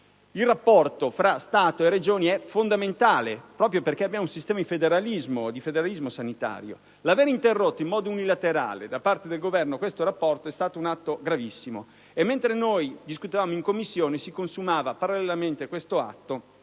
il rapporto tra Stato e Regioni è fondamentale proprio perché il nostro è un sistema di federalismo sanitario. L'aver interrotto in modo unilaterale da parte del Governo tale rapporto è stato un atto gravissimo. Mentre discutevamo in Commissione si consumava parallelamente questo atto